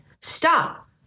Stop